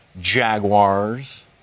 Jaguars